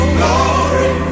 glory